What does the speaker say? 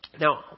Now